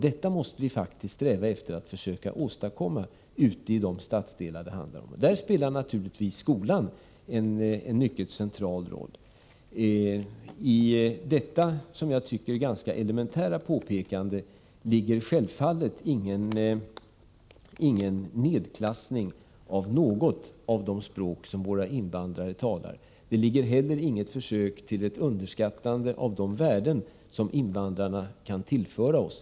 Detta måste vi sträva efter att försöka åstadkomma i de stadsdelar det här handlar om. Där spelar naturligtvis skolan en mycket central roll. I detta, som jag tycker, ganska elementära påpekande ligger självfallet ingen nedklassning av något av de språk som våra invandrare talar. Däri ligger heller inget försök till ett underskattande av de värden som invandrarna kan tillföra oss.